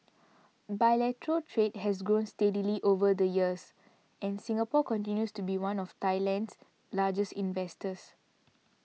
bilateral trade has grown steadily over the years and Singapore continues to be one of Thailand's largest investors